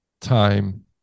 time